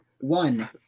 One